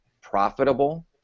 profitable